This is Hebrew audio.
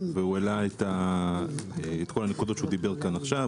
והוא העלה את כל הנקודות שהוא דיבר עליהן כאן עכשיו,